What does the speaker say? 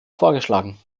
vorgeschlagen